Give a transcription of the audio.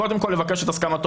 קודם כל לבקש את הסכמתו,